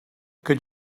could